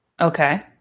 Okay